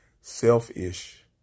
selfish